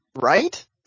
right